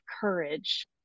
courage